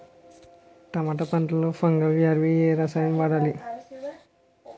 టమాటా పంట లో ఫంగల్ వ్యాధికి ఏ రసాయనం వాడాలి?